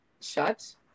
shut